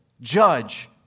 judge